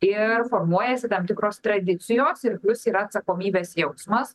ir formuojasi tam tikros tradicijos ir plius yra atsakomybės jausmas